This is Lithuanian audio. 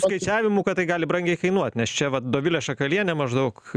skaičiavimų kad tai gali brangiai kainuot nes čia vat dovilė šakalienė maždaug